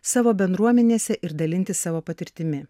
savo bendruomenėse ir dalintis savo patirtimi